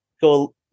go